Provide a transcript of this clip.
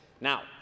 Now